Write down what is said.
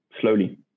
slowly